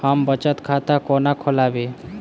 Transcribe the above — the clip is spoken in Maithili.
हम बचत खाता कोना खोलाबी?